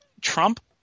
Trump